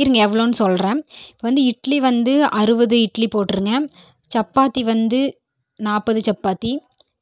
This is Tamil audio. இருங்கள் எவ்வளோன்னு சொல்கிறேன் வந்து இட்லி வந்து அறுபது இட்லி போட்டிருங்க சப்பாத்தி வந்து நாற்பது சப்பாத்தி